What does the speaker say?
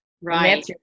Right